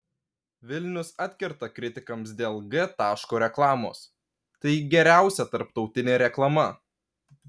vilnius atkerta kritikams dėl g taško reklamos tai geriausia tarptautinė reklama